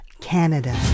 Canada